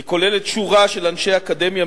היא כוללת שורה של אנשי אקדמיה,